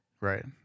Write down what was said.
Right